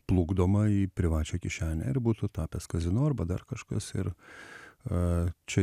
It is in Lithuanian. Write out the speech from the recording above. plukdoma į privačią kišenę ir būtų tapęs kazino arba dar kažkas ir čia